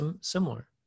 similar